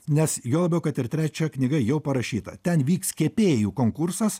nes juo labiau kad ir trečia knyga jau parašyta ten vyks kepėjų konkursas